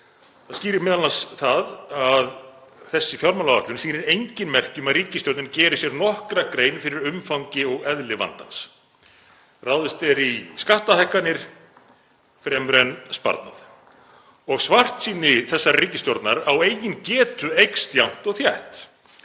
Það skýrir m.a. það að þessi fjármálaáætlun sýnir engin merki um að ríkisstjórnin geri sér nokkra grein fyrir umfangi og eðli vandans. Ráðist er í skattahækkanir fremur en sparnað. Svartsýni þessarar ríkisstjórnar á eigin getu eykst jafnt og þétt,